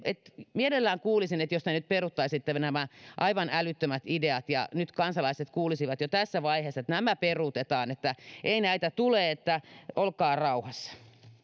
mielellään kuulisin että nyt peruttaisiin nämä aivan älyttömät ideat ja nyt kansalaiset kuulisivat jo tässä vaiheessa että nämä peruutetaan että ei näitä tule että olkaa rauhassa